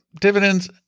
dividends